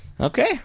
Okay